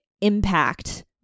impact